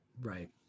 Right